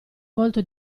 volto